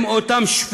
הם, אותם שפלים,